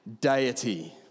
deity